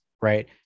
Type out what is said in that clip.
right